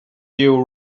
you